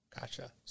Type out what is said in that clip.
Gotcha